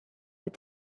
with